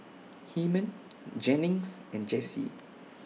Hyman Jennings and Jessee